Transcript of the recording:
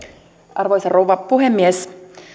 arvoisa rouva puhemies